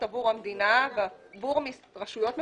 עבור המדינה ועבור רשויות מקומיות,